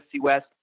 West